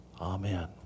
Amen